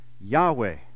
Yahweh